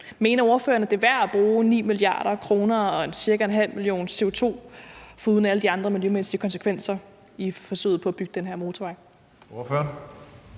Mener ordføreren, at det er værd at bruge 9 mia. kr. og ca. en halv million ton CO2 foruden alle de andre miljømæssige konsekvenser i forsøget på at bygge den her motorvej?